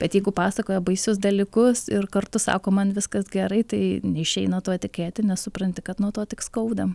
bet jeigu pasakoja baisius dalykus ir kartu sako man viskas gerai tai neišeina tuo tikėti nes supranti kad nuo to tik skauda